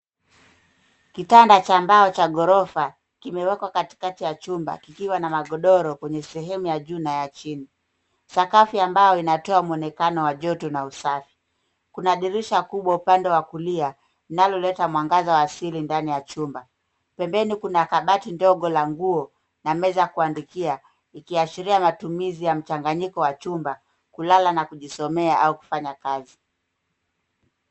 Kitanda cha mbao cha ghorofa kimewekwa katikati ya chumba, kikiwa na magodoro kwenye sehemu ya juu na ya chini. Sakafu ya mbao inatoa mwonekano wa joto na usafi. Kuna dirisha kubwa upande wa kulia linaloleta mwangaza wa asili ndani ya chumba. Pembeni kuna kabati dogo la nguo na meza ya kuandikia ikiashiria matumizi ya mchanganyiko wa chumba, kulala na kujisomea au kufanya kazi.